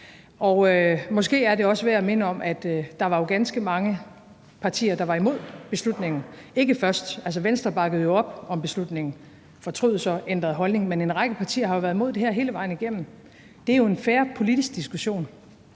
er måske også værd at minde om, at der var ganske mange partier, der var imod beslutningen. Venstre bakkede op om beslutningen, de fortrød så og ændrede holdning. Men en række partier har jo været imod det her hele vejen igennem. Det er jo en fair politisk diskussion.